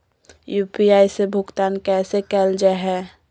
UPI से भुगतान कैसे कैल जहै?